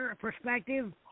perspective